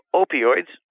opioids